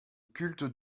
cultes